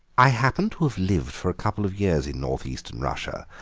i happen to have lived for a couple of years in north-eastern russia,